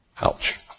Ouch